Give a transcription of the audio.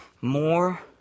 more